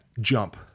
jump